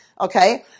Okay